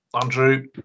Andrew